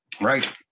Right